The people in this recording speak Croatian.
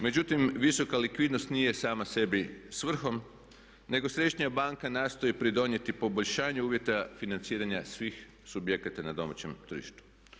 Međutim visoka likvidnost nije sama sebi svrhom nego Središnja banka nastoji pridonijeti poboljšanju uvjeta financiranja svih subjekata na domaćem tržištu.